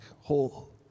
whole